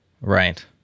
Right